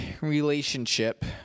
relationship